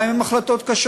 גם אם הן החלטות קשות.